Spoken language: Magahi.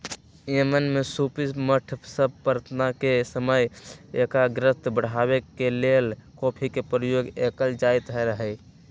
यमन में सूफी मठ सभ में प्रार्थना के समय एकाग्रता बढ़ाबे के लेल कॉफी के प्रयोग कएल जाइत रहै